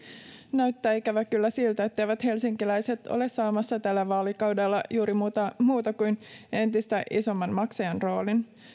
näyttää ikävä kyllä siltä etteivät helsinkiläiset ole saamassa tällä vaalikaudella juuri muuta kuin entistä isomman maksajan roolin